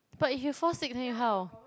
but if you fall sick then you how